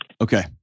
Okay